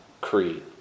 Creed